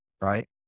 right